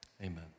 amen